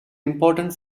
important